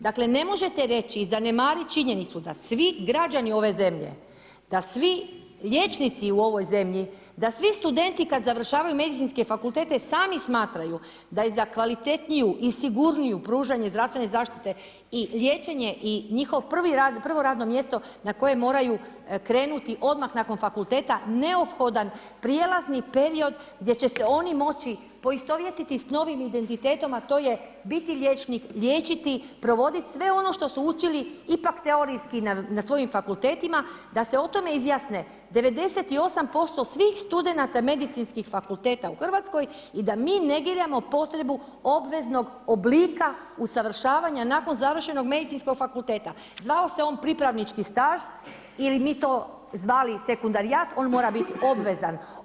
Dakle, ne možete reći i zanemariti činjenicu, da svi građani ove zemlje, da svi liječnici u ovoj zemlji, da svi studenti, kada završavaju medicinske fakultete sami smatraju da je za kvalitetniju i sigurniju pružanju zdravstvene zaštite i liječenje i njihov prvo radno mjesto, na koje moraju krenuti odmah nakon fakulteta neophodan prijelazni period gdje će se oni moći poistovjetiti s novim identitetom, a to je biti liječnik liječiti, provoditi sve ono što su učili ipak teorijski na svojim fakultetima, da se o tome izjasne, 98% svih studenata medicinskih fakulteta u Hrvatskoj i da mi ne ginemo potrebu obveznog oblika usavršavanja nakon završenog medicinskog fakulteta, zvao se on pripravnički staž ili mi to zvali sekunderijat on mora biti obvezan.